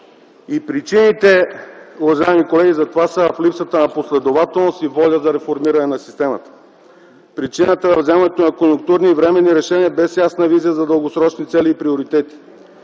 Причините, уважаеми колеги, за това са в липсата на последователност и воля за реформиране на системата. Причината във вземането на конюнктурни и временни решения, без ясна визия за дългосрочни цели и приоритети.